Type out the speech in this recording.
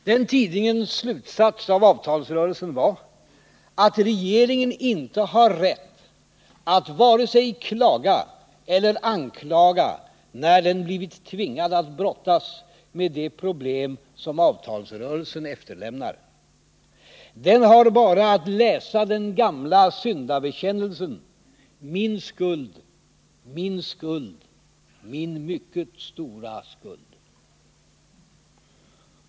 Den tidningens slutsats av avtalsrörelsen var att regeringen inte har rätt att vare sig klaga eller anklaga när den blivit tvingad att brottas med de problem som avtalsrörelsen efterlämnar, den har bara att läsa den gamla syndabekännelsen: min skuld, min skuld, min mycket stora skuld.